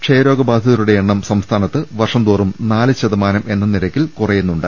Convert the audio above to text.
ക്ഷയരോഗ ബാധിതരുടെ എ ണ്ണം സംസ്ഥാനത്ത് വർഷം തോറും നാല് ശതമാനം എന്ന നിരക്കിൽ കുറ യുന്നുണ്ട്